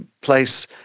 place